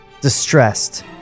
distressed